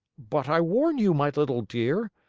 but i warn you, my little dear,